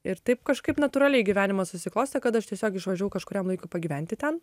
ir taip kažkaip natūraliai gyvenimas susiklostė kad aš tiesiog išvažiavau kažkuriam laikui pagyventi ten